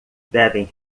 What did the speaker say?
devem